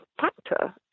factor